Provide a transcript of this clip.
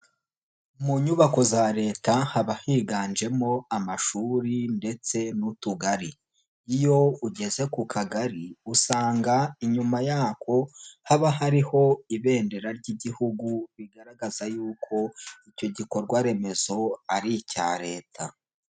Mu nyubako za leta haba higanjemo amashuri ndetse n'utugari, iyo ugeze ku kagari, usanga inyuma yako haba hariho ibendera ry'igihugu, bigaragaza yuko icyo gikorwa remezo ari icya leta.